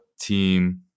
team